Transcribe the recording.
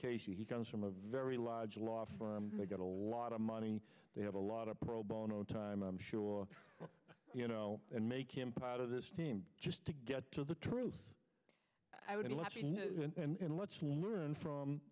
casey he comes from a very large law firm they've got a lot of money they have a lot of pro bono time i'm sure you know and make him part of this team just to get to the truth i would love to and let's learn from